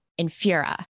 Infura